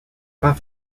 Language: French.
pas